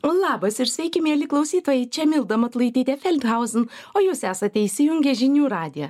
labas ir sveiki mieli klausytojai čia milda matulaitytė feldhausen o jūs esate įsijungę žinių radiją